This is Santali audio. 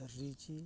ᱨᱤᱪᱤ